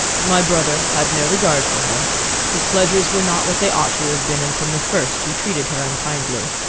my brother had no regard for her his pleasures were not what they ought to have been, and from the first he treated her unkindly.